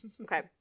Okay